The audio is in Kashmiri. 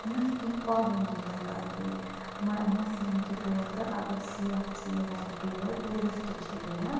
یُس کیٚنٛہہ پابنٛدی لَگاوٕ ہا مثلاً کے طور پَر اگر سیاح چھِ یِوان تور ٹیوٗرِسٹہٕ چھِ یِوان